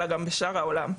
אלא גם בשאר העולם.